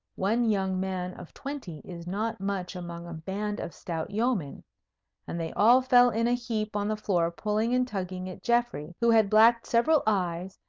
one young man of twenty is not much among a band of stout yeomen and they all fell in a heap on the floor, pulling and tugging at geoffrey, who had blacked several eyes,